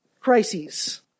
crises